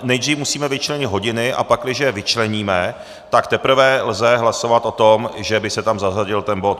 Nejdřív musíme vyčlenit hodiny, a pakliže je vyčleníme, tak teprve lze hlasovat o tom, že by se tam zařadil ten bod.